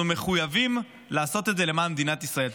אנחנו מחויבים לעשות את זה למען מדינת ישראל.